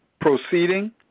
proceeding